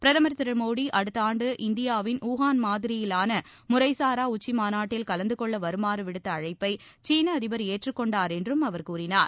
பிரதம் திரு மோடி அடுத்தாண்டு இந்தியாவில் ஊகான் மாதிரியிலான முறைசாரா உச்சிமாநாட்டில் கலந்துகொள்ள வருமாறு விடுத்த அழைப்பை சீன அதிபர் ஏற்றுக்கொண்டார் என்றும் அவர் கூறினார்